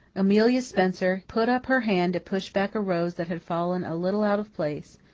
amelia spencer put up her hand to push back a rose that had fallen a little out of place,